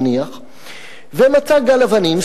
נניח ומצא גל אבנים,